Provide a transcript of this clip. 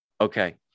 Okay